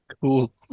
Cool